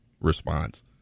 response